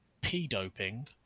p-doping